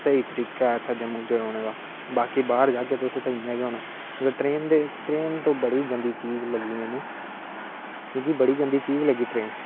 स्हेई तरिके दा इत्थै जम्मू च रौहने दा बाकी बाहर जाहगे ते तुस तां इयां गै होना ट्रैन दा बडी गंदी चीज ऐ लग्गी मेनू मिगी बड़ी गंदी चीज लग्गी ट्रेन